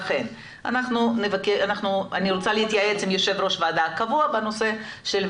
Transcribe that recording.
ולכן אני רוצה להתייעץ עם יו"ר הוועדה הקבוע בנושא.